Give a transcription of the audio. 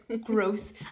gross